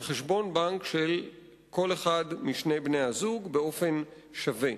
לחשבון בנק של כל אחד משני בני-הזוג באופן שווה.